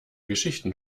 geschichten